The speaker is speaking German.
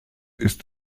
ist